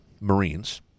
Marines